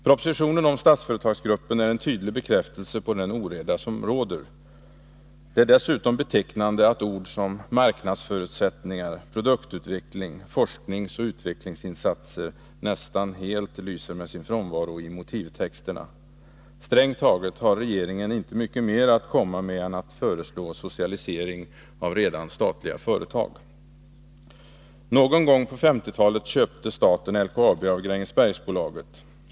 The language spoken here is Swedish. Propositionen om Statsföretagsgruppen är en tydlig bekräftelse på den oreda som råder. Det är dessutom betecknande att ord som marknadsförutsättningar, produktutveckling, forskningsoch utvecklingsinsatser nästan helt lyser med sin frånvaro i motivtexterna. Strängt taget har regeringen inte mycket mer att komma med än att föreslå socialisering av redan statliga företag. Någon gång på 1950-talet köpte staten LKAB av Grängesbergsbolaget.